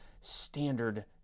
Standard